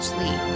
Lee